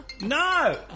No